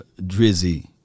Drizzy